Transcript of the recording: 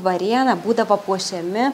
varėną būdavo puošiami